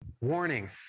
Warning